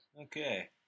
Okay